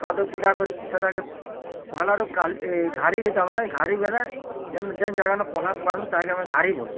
କାଦ କୁଦା କରି ସେଠାକେ ପହ୍ଲାରୁ କାଲି ଏ ଘାଡ଼ି କି ତା ମାନେ ଘାଡ଼ି ମାନେ ଯିନ୍ ଯିନ୍ ଯାଗାନ ପହ୍ଲା ପକାନ ତାହା କେ ଆମେ ଘାଡ଼ି ବୋଲ୍ଛୁଁ